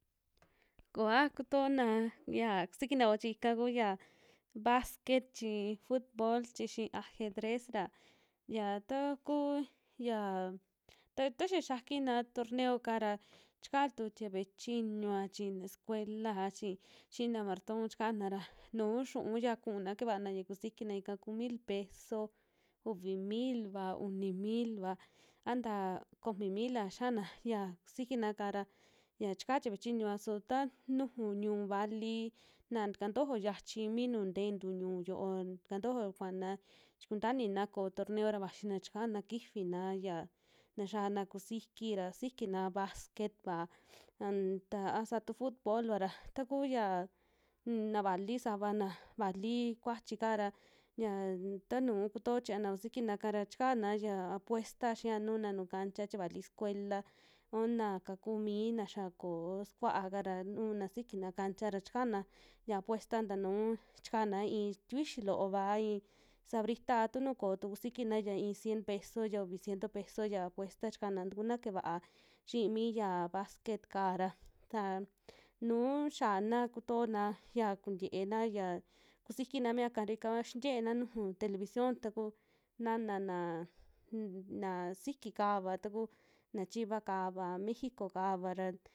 koa kutoona kusika na yoo chi ika ku ya basquet, chi futbol, chi xii ajedrez ra xia taku xia ta taxa xiakina torneo'ka ra chika tu tie ve'e chiñua chi na scuelaa, chi xiina marton chikana ra nuu xiu'un ya kuna kevaana ya kuxikina ika ku mil peeso, uvi mil'va, uni mil'va an taa komi mil'a xiana ya kusikina'ka ra xia chika tie ve'e chiñua, su taa nuju ñiu'u vali na taka ntojo xiachi mii nu ntentu ñu'u yo'o taka ntojo kuana chi kunta inina koo torneo ra vaxina chika kifina ya ta xiana kusiki ra, sikina basquet'va an taa a saa tu futbol'va ra taku ya navali, savana vali kuaxi'ka ra xia tanu kuto chiñana kusikina'ka ra chikana yaa apuesta xiia nuna nuju, tia kuali sukuela un na kaku mii na xia koo sukua'ka ra, una sikina kancha ra chikana ya apuesta ta nuu chikana i'i tikuixi loo'va a i'i sabrita, a tunu kootu kusikina ya i'i cien peso, ya uvi ciento peso ya apuesta chikana tukuna ke'e vaa xii mi ya basquet'ka ra, ka nuu xiana kutona ya kuntiena xia kusikina mia'ka ra ika xintiena nuju television taku na'na naa un na kisi kaava, taku na chiva kava mexico kava ra.